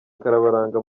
karabaranga